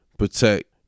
protect